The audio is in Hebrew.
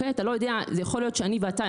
זה יכול להיות שאני ואתה,